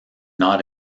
not